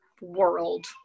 world